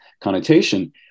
connotation